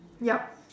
yup